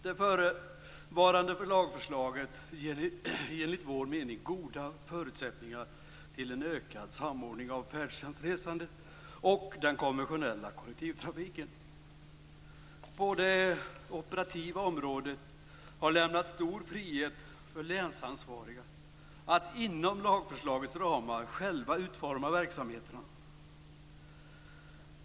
Det förevarande lagförslaget ger enligt vår mening goda förutsättningar till en ökad samordning av färdtjänstresandet och den konventionella kollektivtrafiken. På det operativa området har lämnats stor frihet för länsansvariga att inom lagförslagets ramar själva utforma verksamheterna.